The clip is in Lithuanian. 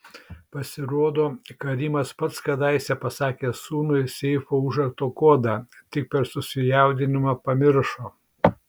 pasirodo karimas pats kadaise pasakė sūnui seifo užrakto kodą tik per susijaudinimą pamiršo